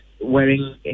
wearing